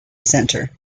centre